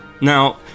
Now